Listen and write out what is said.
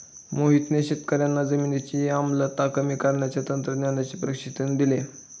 मोहित शेतकर्यांना जमिनीची आम्लता कमी करण्याच्या तंत्राचे प्रशिक्षण देतो